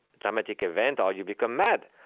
traumatic event, or you become mad.